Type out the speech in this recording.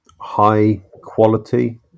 high-quality